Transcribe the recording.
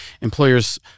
employers